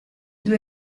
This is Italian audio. due